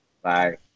Bye